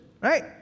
right